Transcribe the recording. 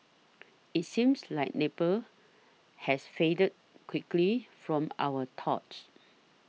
it seems like Nepal has faded quickly from our thoughts